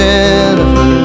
Jennifer